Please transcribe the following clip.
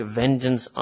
vengeance